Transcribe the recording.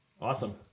Awesome